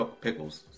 pickles